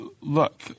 look